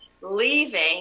leaving